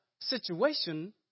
situation